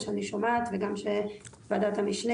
לבעיות שאותן אני שומעת ושאליהן התייחסה ועדת המשנה,